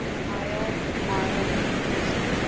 kyle marlon pearson